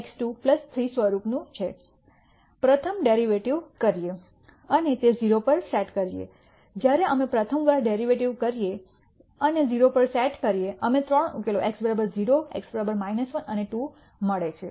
પ્રથમ ડેરિવેટિવ કરીએ અને 0 પર સેટ કર્યે જ્યારે અમે પ્રથમ વાર ડેરિવેટિવ કર્યે અને 0 પર સેટ કર્યે અમે 3 ઉકેલો x 0 x 1 અને 2 મળે છે